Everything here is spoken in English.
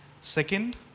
Second